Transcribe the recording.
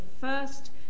first